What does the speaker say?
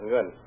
Good